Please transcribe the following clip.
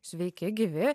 sveiki gyvi